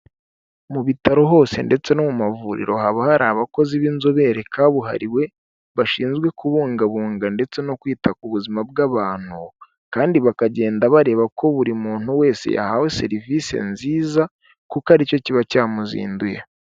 Mu bitaro hose ndetse no mu mavuriro haba hari abakozi b'inzobere kabuhariwe bashinzwe kubungabunga ndetse no kwita ku buzima bw'abantu kandi bakagenda bareba ko buri muntu wese yahawe serivise nziza kuko aricyo kiba cyamuzinduye.